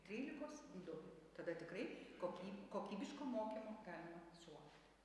trylikos du tada tikrai kokyb kokybiško mokymo galima sulaukti